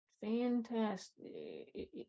Fantastic